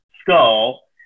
skull